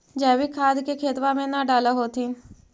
जैवीक खाद के खेतबा मे न डाल होथिं?